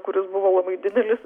kuris buvo labai didelis